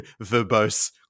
verbose